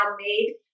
made